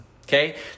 Okay